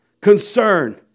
concern